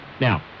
Now